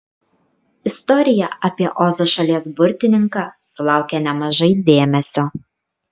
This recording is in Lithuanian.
istorija apie ozo šalies burtininką sulaukia nemažai dėmesio